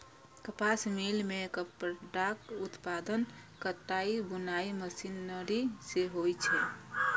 कपास मिल मे कपड़ाक उत्पादन कताइ बुनाइ मशीनरी सं होइ छै